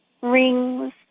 rings